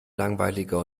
langweiliger